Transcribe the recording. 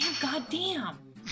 Goddamn